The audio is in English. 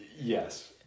Yes